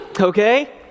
okay